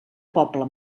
poble